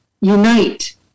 unite